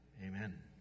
Amen